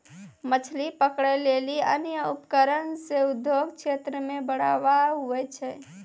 मछली पकड़ै लेली अन्य उपकरण से उद्योग क्षेत्र मे बढ़ावा हुवै छै